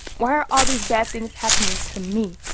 why are all these bad things happening to me?